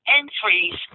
entries